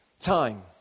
Time